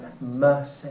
mercy